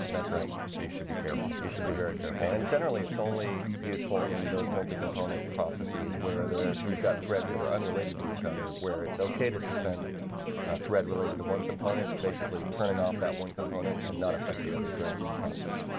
that's right. so you should be careful you should be very careful and generally it's only useful in those multi-component processes where the you've got threads that are unrelated to each other where it's okay to suspend a thread related to one component basically turning off that one component and not affect the other threads in the process